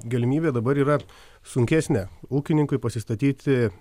galimybė dabar yra sunkesnė ūkininkui pasistatyti